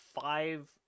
five